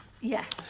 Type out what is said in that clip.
Yes